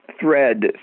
thread